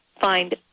find